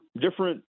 different